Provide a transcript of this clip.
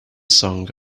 song